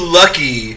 lucky